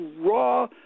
raw